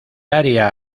área